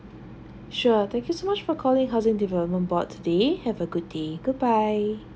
sure thank you so much for calling housing development boards today have a good day goodbye